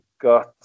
Got